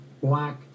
black